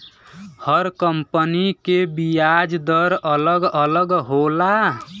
हर company के बियाज दर अलग अलग होला